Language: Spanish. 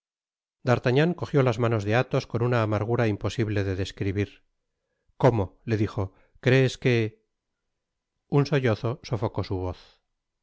d'artagnan cogió las manos de athos con una amargura imposible de describir cómo le dijo crees que un sollozo sofocó su voz